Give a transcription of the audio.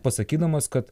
pasakydamas kad